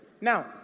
Now